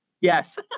Yes